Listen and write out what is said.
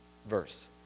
verse